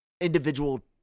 individual